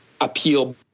appeal